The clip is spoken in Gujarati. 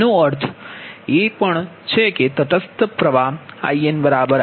આનો અર્થ એ પણ છે કે તટસ્થ પ્રવાહ InIaIbIc છે